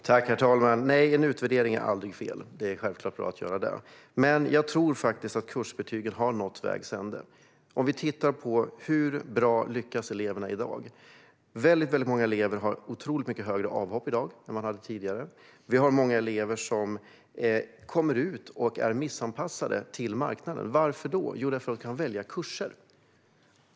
Herr talman! Nej, en utvärdering är aldrig fel utan självklart bra att göra. Men jag tror faktiskt att kursbetygen har nått vägs ände. Vi kan titta på hur bra eleverna lyckas i dag. Vi har otroligt mycket fler avhopp i dag än tidigare. Vi har många elever som kommer ut och är dåligt anpassade till marknaden. Varför då? Jo, för att de kan välja kurser.